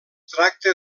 tracta